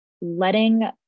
letting